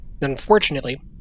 Unfortunately